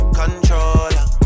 controller